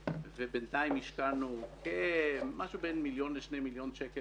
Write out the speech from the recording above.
בינתיים השקענו משהו בין מיליון לשני מיליון שקלים